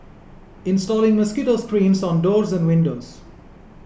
installing mosquito screens on doors and windows